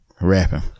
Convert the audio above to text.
Rapping